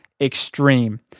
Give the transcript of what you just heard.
extreme